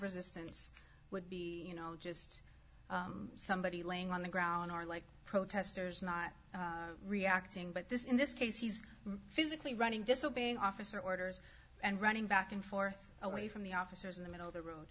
resistance would be you know just somebody laying on the ground or like protesters not reacting but this in this case he's physically running disobeying officer orders and running back and forth away from the officers in the middle of the road